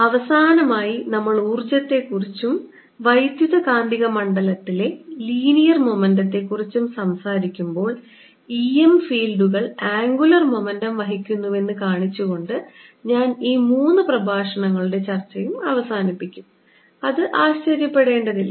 അവസാനമായി നമ്മൾ ഊർജ്ജത്തെക്കുറിച്ചും വൈദ്യുതകാന്തിക മണ്ഡലത്തിലെ ലീനിയർ മൊമെന്റത്തിനെക്കുറിച്ചും സംസാരിക്കുമ്പോൾ E M ഫീൽഡുകൾ ആംഗുലർ മൊമെന്റം വഹിക്കുന്നുവെന്ന് കാണിച്ചുകൊണ്ട് ഞാൻ ഈ മൂന്ന് പ്രഭാഷണങ്ങളുടെ ചർച്ചയും അവസാനിപ്പിക്കും അത് ആശ്ചര്യപ്പെടേണ്ടതില്ല